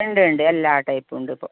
ഉണ്ട് ഉണ്ട് എല്ലാ ടൈപ്പും ഉണ്ട് ഇപ്പോൾ